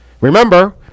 Remember